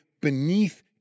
beneath